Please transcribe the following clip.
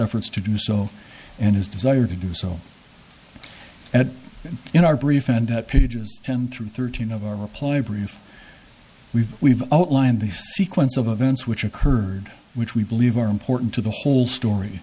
efforts to do so and his desire to do so at in are brief and pages ten through thirteen of our reply brief we've we've outlined the sequence of events which occurred which we believe are important to the whole story